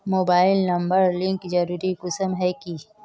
Mobile number link जरुरी कुंसम है की?